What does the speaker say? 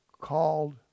called